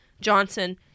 Johnson